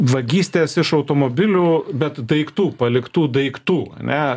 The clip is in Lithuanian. vagystes iš automobilių bet daiktų paliktų daiktų ane